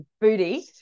booty